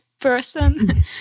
person